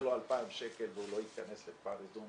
לו 2000 שקל והוא לא ייכנס לכפר איזון.